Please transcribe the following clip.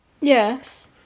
Yes